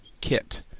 kit